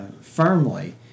firmly